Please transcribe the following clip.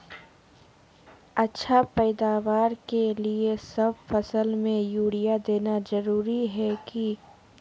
अच्छा पैदावार के लिए सब फसल में यूरिया देना जरुरी है की?